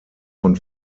von